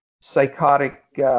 psychotic –